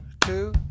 Two